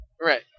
Right